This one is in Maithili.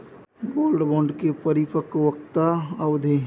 गोल्ड बोंड के परिपक्वता अवधि?